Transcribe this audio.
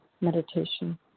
meditation